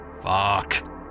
Fuck